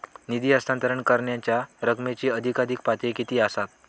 निधी हस्तांतरण करण्यांच्या रकमेची अधिकाधिक पातळी किती असात?